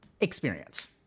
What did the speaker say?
experience